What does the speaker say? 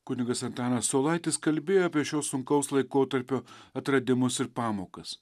kunigas antanas saulaitis kalbėjo apie šio sunkaus laikotarpio atradimus ir pamokas